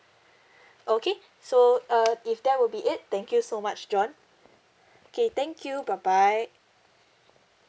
okay so uh if that would be it thank you so much john okay thank you bye bye